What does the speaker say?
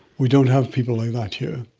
we don't have people like that here.